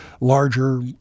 larger